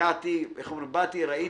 הגעתי, באתי, ראיתי,